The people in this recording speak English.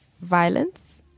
Violence